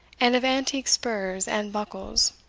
and of antique spurs and buckles,